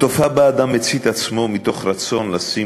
התופעה שאדם מצית עצמו מתוך רצון לשים